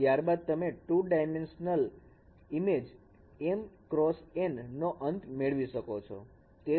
અને ત્યારબાદ તમે 2 dimensional image m x n નો અંત મેળવી શકો છો